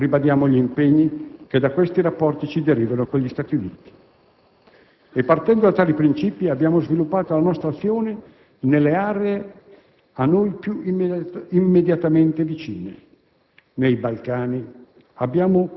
Coerenti con questo quadro, ribadiamo gli impegni che da questi rapporti ci derivano con gli Stati Uniti e, partendo da tali principi, abbiamo sviluppato la nostra azione nelle aree a noi più immediatamente vicine.